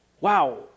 wow